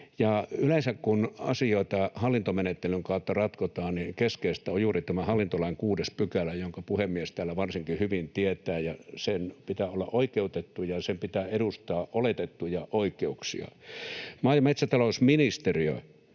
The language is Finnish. yleensä kun asioita hallintomenettelyn kautta ratkotaan, niin keskeistä on juuri tämä hallintolain 6 §, jonka puhemies täällä varsinkin hyvin tietää, ja sen pitää olla oikeutettu ja sen pitää edustaa oletettuja oikeuksia. Maa- ja metsätalousministeriö